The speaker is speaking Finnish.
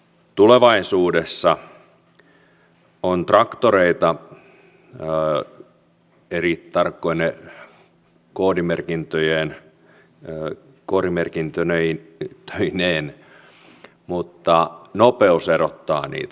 tulevaisuudessa on traktoreita eri tarkkoine koodimerkintöineen mutta nopeus erottaa niitä